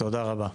תודה רבה.